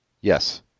Yes